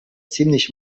ziemlich